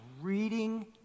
reading